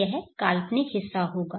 तो यह काल्पनिक हिस्सा होगा